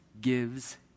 gives